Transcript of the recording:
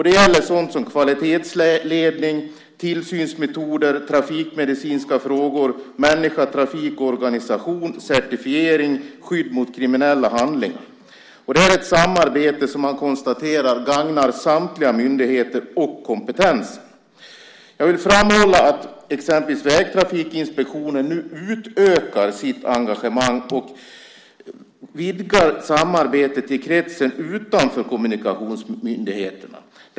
Det gäller sådant som kvalitetsledning, tillsynsmetoder, trafikmedicinska frågor, människa-trafik-organisation, certifiering och skydd mot kriminella handlingar. Det här är ett samarbete som man konstaterar gagnar samtliga myndigheter och kompetens. Jag vill framhålla att exempelvis Vägtrafikinspektionen nu utökar sitt engagemang och vidgar samarbetet i kretsen utanför kommunikationsmyndigheterna.